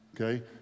okay